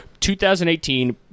2018